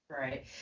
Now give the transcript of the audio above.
Right